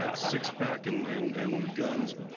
ah six pack and and and guns,